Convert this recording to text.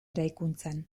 eraikuntzan